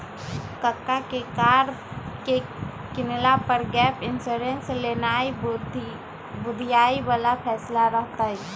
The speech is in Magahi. कक्का के कार के किनला पर गैप इंश्योरेंस लेनाइ बुधियारी बला फैसला रहइ